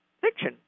fiction